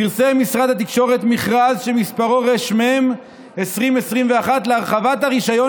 פרסם משרד התקשורת מכרז שמספרו רמ/2021 להרחבת הרישיון